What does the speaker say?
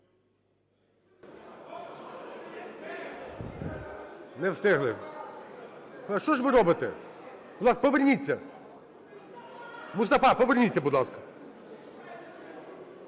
Не встигли. Та що ж ви робите? Поверніться! Мустафа, поверніться, будь ласка.